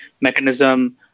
mechanism